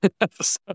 episode